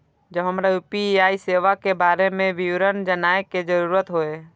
जब हमरा यू.पी.आई सेवा के बारे में विवरण जानय के जरुरत होय?